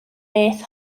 beth